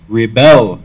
rebel